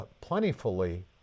plentifully